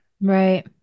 Right